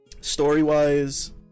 story-wise